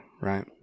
right